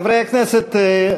חברי הכנסת,